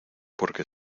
porque